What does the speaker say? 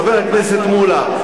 חבר הכנסת מולה,